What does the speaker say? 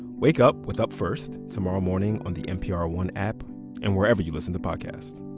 wake up with up first tomorrow morning on the npr one app and wherever you listen the podcasts